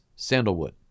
sandalwood